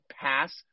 pass